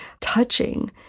touching